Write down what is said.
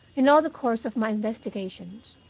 in all the course of my investigations,